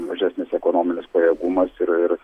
mažesnis ekonominis pajėgumas yra ir